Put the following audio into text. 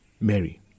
Mary